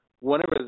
Whenever